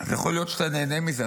יכול להיות שאתה נהנה מזה,